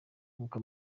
nkuko